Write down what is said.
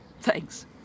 Thanks